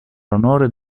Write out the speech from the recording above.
onore